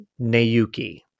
Nayuki